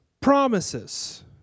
promises